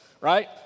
right